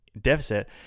deficit